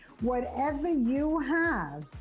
whatever you have,